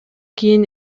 кийин